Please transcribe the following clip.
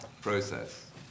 process